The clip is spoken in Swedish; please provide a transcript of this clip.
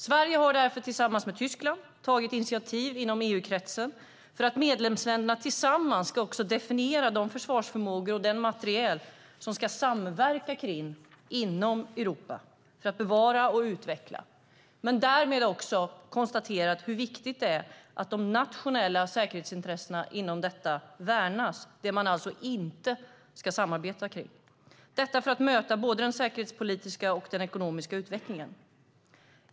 Sverige har därför tillsammans med Tyskland tagit initiativ inom EU-kretsen för att medlemsländerna tillsammans ska definiera de försvarsförmågor och den materiel som man kan samverka kring inom Europa för att bevara och utveckla. Man har därmed också konstaterat hur viktigt det är att de nationella säkerhetsintressena inom detta värnas - det gäller alltså det man inte ska samarbeta kring. Detta görs då för att möta både den säkerhetspolitiska och den ekonomiska utvecklingen.